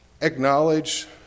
acknowledge